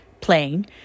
playing